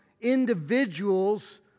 individuals